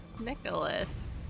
Nicholas